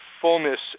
fullness